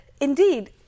indeed